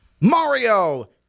Mario